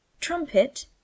trumpet